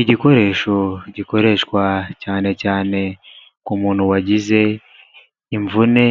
Igikoresho gikoreshwa cyane cyane ku muntu wagize imvune,